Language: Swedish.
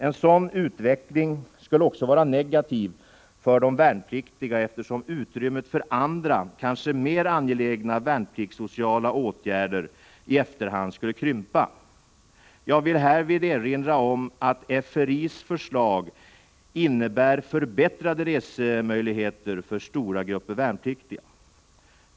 En sådan utveckling skulle vara negativ för de värnpliktiga eftersom utrymmet för andra, kanske mer angelägna, värnpliktssociala åtgärder efter hand skulle krympa. Jag vill härvid erinra om att FRI:s förslag innebär förbättrade resemöjligheter för stora grupper värnpliktiga.